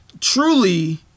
truly